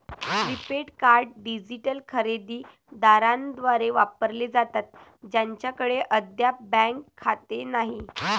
prepaid card digital खरेदी दारांद्वारे वापरले जातात ज्यांच्याकडे अद्याप बँक खाते नाही